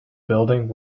building